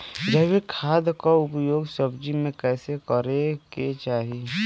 जैविक खाद क उपयोग सब्जी में कैसे करे के चाही?